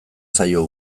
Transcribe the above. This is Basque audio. zaio